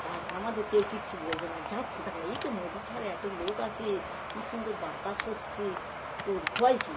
আর আমাদের কেউ কিচ্ছু বলবে না যাচ্ছি দাঁড়া এই তো নদীর ধারে এত লোক আছে কি সুন্দর বাতাস হচ্ছে তোর ভয় কী